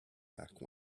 back